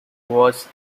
was